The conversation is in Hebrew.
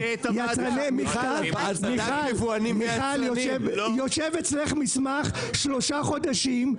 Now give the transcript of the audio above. מיכל, יושב אצלך מסמך שלושה חודשים.